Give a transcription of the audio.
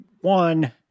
One